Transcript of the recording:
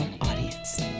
audience